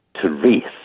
to race.